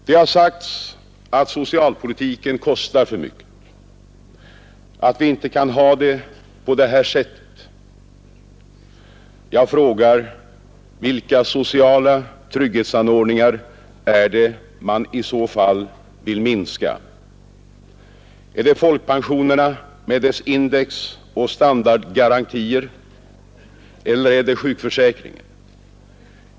Det har sagts att socialpolitiken kostar för mycket, att vi inte kan ha det på det här sättet. Jag frågar: Vilka sociala trygghetsanordningar är det man i så fall vill minska? Är det folkpensionerna med deras indexoch standardgarantier eller är det sjukförsäkringen?